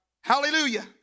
Hallelujah